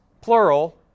plural